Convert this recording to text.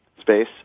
space